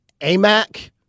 AMAC